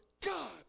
God